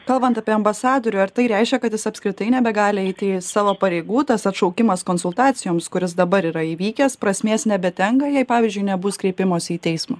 kalbant apie ambasadorių ar tai reiškia kad jis apskritai nebegali eiti savo pareigų tas atšaukimas konsultacijoms kuris dabar yra įvykęs prasmės nebetenka jei pavyzdžiui nebus kreipimosi į teismą